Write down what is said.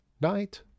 Night